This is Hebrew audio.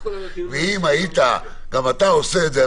ואם היית גם אתה עושה את זה,